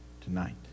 tonight